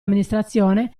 amministrazione